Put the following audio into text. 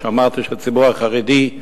שאמרת שהציבור החרדי,